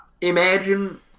imagine